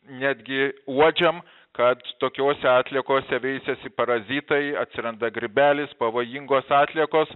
netgi uodžiam kad tokiose atliekose veisiasi parazitai atsiranda grybelis pavojingos atliekos